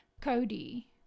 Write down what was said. Cody